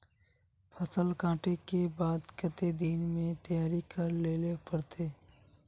फसल कांटे के बाद कते दिन में तैयारी कर लेले पड़ते?